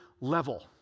level